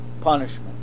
punishment